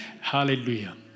Hallelujah